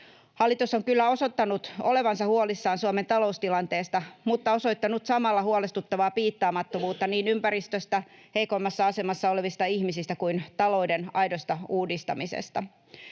Hallitus on kyllä osoittanut olevansa huolissaan Suomen taloustilanteesta mutta osoittanut samalla huolestuttavaa piittaamattomuutta niin ympäristöstä, heikoimmassa asemassa olevista ihmisistä kuin talouden aidosta uudistamisesta.